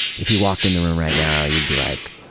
if he walked in the room right now you'd be like